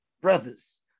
brothers